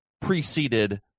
preceded